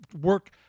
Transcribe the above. work